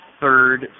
third